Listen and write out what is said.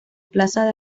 plaza